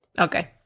Okay